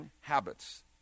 habits